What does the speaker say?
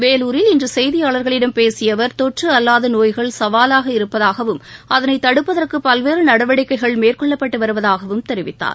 வேலூரில் இன்று செய்தியாளர்களிடம் பேசிய அவர் தொற்று அல்லாத நோய்கள் சவாலாக இருப்பதாகவும் அதனை தடுப்பதற்கு பல்வேறு நடவடிக்கைகள் மேற்கொள்ளப்பட்டு வருவதாகவும் தெரிவித்தார்